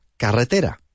Carretera